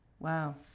Wow